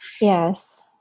Yes